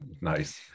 Nice